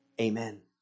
Amen